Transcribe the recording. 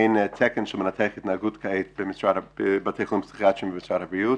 אין תקן של מנתח התנהגות כעת בבתי חולים פסיכיאטריים במשרד הבריאות